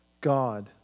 God